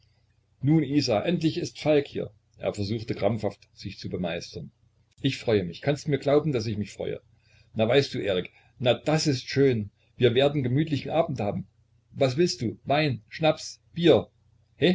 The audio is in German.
nun isa endlich ist falk hier er versuchte krampfhaft sich zu bemeistern ich freue mich kannst mir glauben daß ich mich freue na weißt du erik na das ist schön werden gemütlichen abend haben was willst du wein schnaps bier